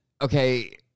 okay